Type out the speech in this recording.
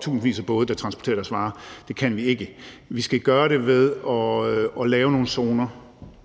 tusindvis af både, der transporterer deres varer. Det kan vi ikke. Vi skal gøre det ved at lave nogle zoner,